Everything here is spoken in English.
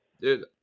dude